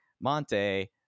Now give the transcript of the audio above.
monte